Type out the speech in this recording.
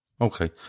Okay